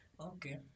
okay